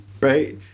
right